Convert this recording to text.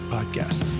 Podcast